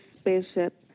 spaceship